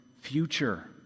future